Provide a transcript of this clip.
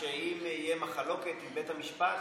אם תהיה מחלוקת עם בית המשפט,